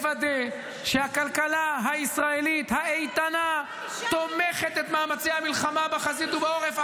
לוודא שהכלכלה הישראלית האיתנה תומכת את מאמצי המלחמה בחזית ובעורף,